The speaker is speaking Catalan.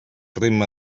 ritme